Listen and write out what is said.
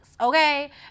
okay